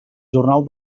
jornal